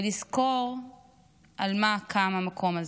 ולזכור על מה קם המקום הזה.